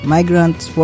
Migrants